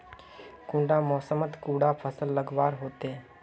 कुंडा मोसमोत कुंडा फसल लगवार होते?